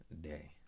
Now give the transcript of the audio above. day